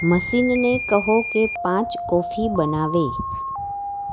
મશીનને કહો કે પાંચ કોફી બનાવે